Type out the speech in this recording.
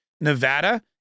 Nevada